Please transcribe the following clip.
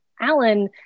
Alan